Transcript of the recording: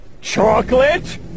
chocolate